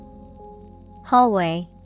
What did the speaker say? Hallway